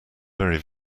very